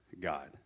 God